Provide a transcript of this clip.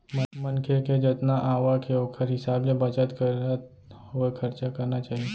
मनखे के जतना आवक के ओखर हिसाब ले बचत करत होय खरचा करना चाही